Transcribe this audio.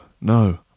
No